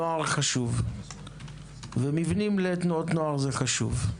הנוער חשוב, ומבנים לתנועות נוער זה חשוב.